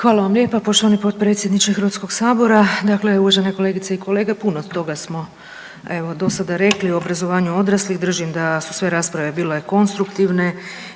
Hvala vam lijepa poštovani potpredsjedniče Hrvatskog sabora. Dakle, uvažene kolegice i kolege puno toga smo evo do sada rekli o obrazovanju odraslih, držim da su sve rasprave bile konstruktivne